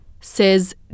says